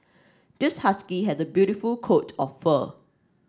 this husky has a beautiful coat of fur